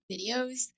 videos